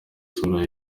isura